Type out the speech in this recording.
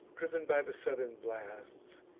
driv'n by the southern blasts,